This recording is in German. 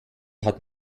hat